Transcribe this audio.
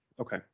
Okay